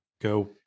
go